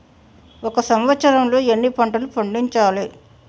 ఒక సంవత్సరంలో ఎన్ని పంటలు పండించాలే?